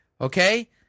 Okay